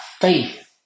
faith